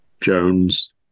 jones